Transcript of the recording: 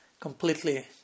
completely